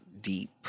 deep